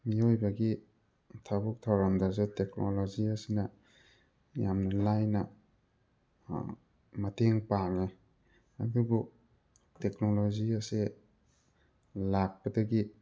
ꯃꯤꯑꯣꯏꯕꯒꯤ ꯊꯕꯛ ꯊꯨꯔꯝꯗꯁꯨ ꯇꯦꯛꯅꯣꯂꯣꯖꯤ ꯑꯁꯤꯅ ꯌꯥꯝꯅ ꯂꯥꯏꯅ ꯃꯇꯦꯡ ꯄꯥꯡꯉꯤ ꯑꯗꯨꯕꯨ ꯇꯣꯛꯅꯣꯂꯣꯖꯤ ꯑꯁꯤ ꯂꯥꯛꯄꯗꯒꯤ